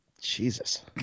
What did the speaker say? jesus